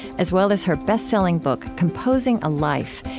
as well as her bestselling book, composing a life,